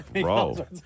bro